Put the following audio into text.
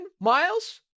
Miles